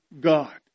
God